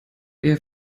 eher